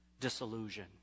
disillusion